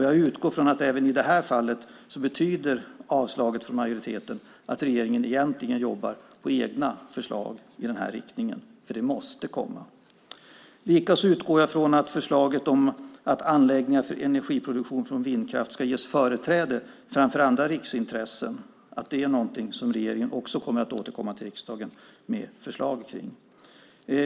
Jag utgår från att även i det här fallet betyder avstyrkandet från majoriteten att regeringen egentligen jobbar på egna förslag i den här riktningen, för det måste komma förslag. Likaså utgår jag från att regeringen kommer att återkomma till riksdagen också med förslag om att anläggningar för energiproduktion från vindkraft ska ges företräde framför andra riksintressen.